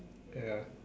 ya